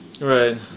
Right